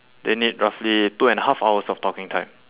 they need roughly two and a half hours of talking time